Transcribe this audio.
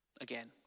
Again